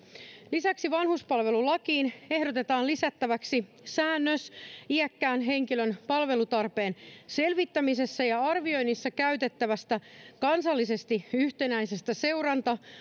lisäksi vanhuspalvelulakiin ehdotetaan lisättäväksi säännös iäkkään henkilön palvelutarpeen selvittämisessä ja arvioinnissa käytettävästä kansallisesti yhtenäisestä seuranta